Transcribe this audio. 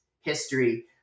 history